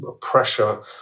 pressure